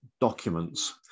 documents